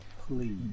please